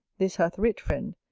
this hath writ friend,